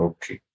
Okay